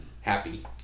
happy